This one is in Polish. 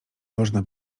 można